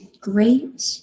great